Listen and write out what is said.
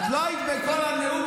את לא היית בכל הנאום,